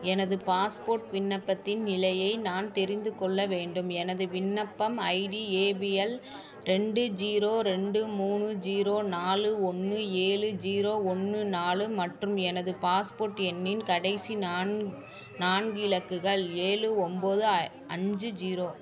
எனது பாஸ்போர்ட் விண்ணப்பத்தின் நிலையை நான் தெரிந்து கொள்ள வேண்டும் எனது விண்ணப்பம் ஐடி ஏபிஎல் ரெண்டு ஜீரோ ரெண்டு மூணு ஜீரோ நாலு ஒன்று ஏழு ஜீரோ ஒன்று நாலு மற்றும் எனது பாஸ்போர்ட் எண்ணின் கடைசி நான் நான்கு இலக்குகள் ஏழு ஒம்பது அ அஞ்சு ஜீரோ